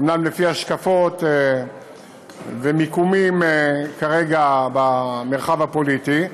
אומנם לפי השקפות ומיקומים כרגע במרחב הפוליטי,